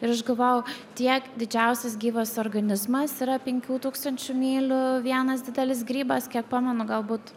ir aš galvojau tiek didžiausias gyvas organizmas yra penkių tūkstančių mylių vienas didelis grybas kiek pamenu galbūt